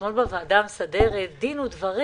אתמול בוועדה המסדרת היה דין ודברים